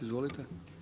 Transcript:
Izvolite.